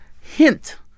Hint